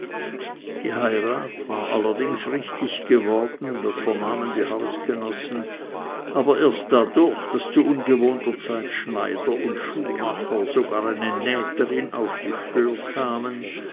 die heirat war allerdings richtig geworden das vernahmen die hausgenossen aber erst dadurch daß zu ungewohnter zeit schneider und schuhmacher sogar eine nähterin auf die stör kamen